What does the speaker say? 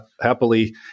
happily